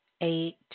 eight